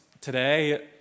today